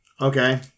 Okay